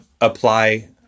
apply